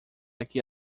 aqui